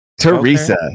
Teresa